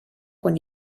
quan